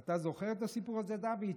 אתה זוכר את הסיפור הזה, דוד?